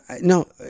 No